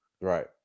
Right